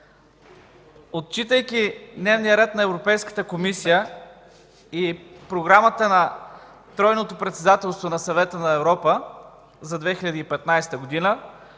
Отчитайки дневния ред на Европейската комисия и Програмата на тройното председателство на Съвета на Европа за 2015 г.,